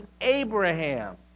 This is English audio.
Abraham